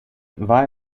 war